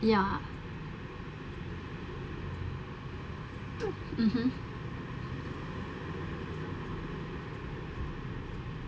ya mmhmm